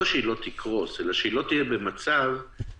לא כדי שהיא לא תקרוס לא תהיה במצב שהיא